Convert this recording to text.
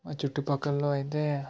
మా చుట్టు పక్కల్లో అయితే